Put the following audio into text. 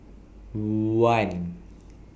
one